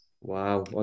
Wow